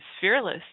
fearless